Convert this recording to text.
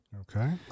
Okay